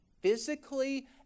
physically